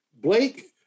Blake